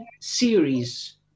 series